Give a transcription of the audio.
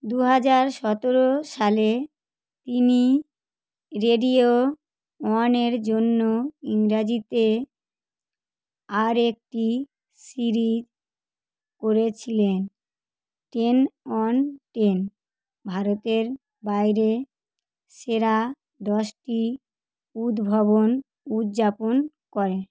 দু হাজার সতেরো সালে তিনি রেডিও ওয়ানের জন্য ইংরাজিতে আরেকটি সিরিজ করেছিলেন টেন অন টেন ভারতের বাইরে সেরা দশটি উদ্ভাবন উদযাপন করে